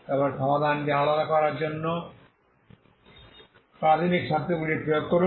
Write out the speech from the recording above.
তারপরে সমাধানটি আলাদা করার জন্য প্রাথমিক শর্তগুলি প্রয়োগ করুন